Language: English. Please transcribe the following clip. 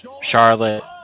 Charlotte